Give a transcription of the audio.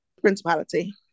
Principality